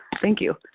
thank you.